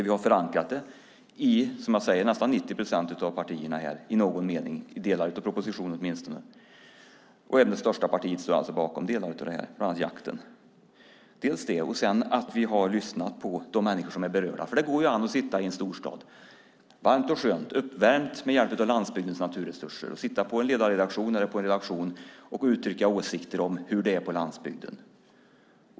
Vi har förankrat den i nästan 90 procent av partierna, delar av propositionen åtminstone. Även det största partiet står bakom delar av det här, bland annat jakten. Vi har lyssnat på de människor som är berörda. Det går an att sitta i en storstad, varmt och skönt, uppvärmt med hjälp av landsbygdens naturresurser, att sitta på en ledarredaktion och uttrycka åsikter om hur det är på landsbygden.